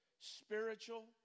spiritual